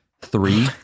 three